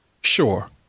sure